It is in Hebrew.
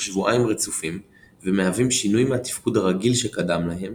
שבועיים רצופים ומהווים שינוי מהתפקוד הרגיל שקדם להם,